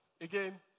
again